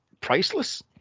priceless